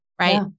right